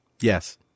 Yes